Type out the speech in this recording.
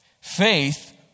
faith